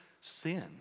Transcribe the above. sin